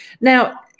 Now